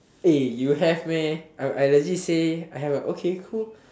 eh you have meh I legit say I have okay cool